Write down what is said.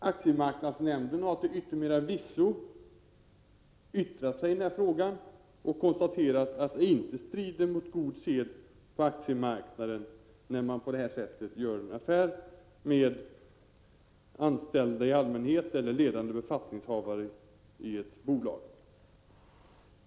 Aktiemarknadsnämnden har till yttermera visso yttrat sig i den här frågan och konstaterat att det inte strider mot god sed på aktiemarknaden, när man på det här sättet gör en affär med anställda i allmänhet eller ledande befattningshavare i ett bolag.